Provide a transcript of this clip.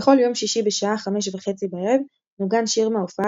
בכל יום שישי בשעה 1730 נוגן שיר מהופעה